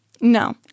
no